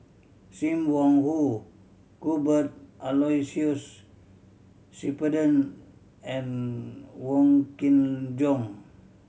Sim Wong Hoo Cuthbert Aloysius Shepherdson and Wong Kin Jong